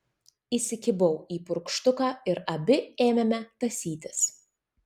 įsikibau į purkštuką ir abi ėmėme tąsytis